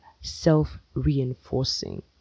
self-reinforcing